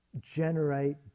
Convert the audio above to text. generate